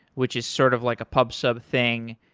which is sort of like a pub sub thing,